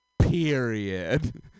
period